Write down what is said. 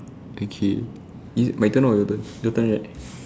okay is my turn or your turn your turn right